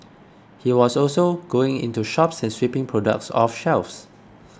he was also going into shops and sweeping products off shelves